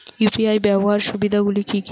UPI ব্যাবহার সুবিধাগুলি কি কি?